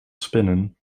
spinnen